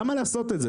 למה לעשות את זה?